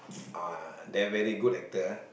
uh they're very good actor ah